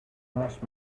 asked